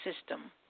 system